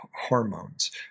hormones